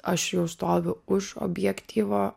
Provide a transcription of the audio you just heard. aš jau stoviu už objektyvo